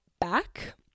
back